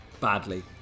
badly